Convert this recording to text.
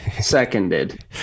seconded